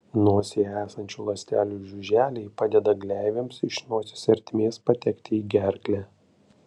nosyje esančių ląstelių žiuželiai padeda gleivėms iš nosies ertmės patekti į gerklę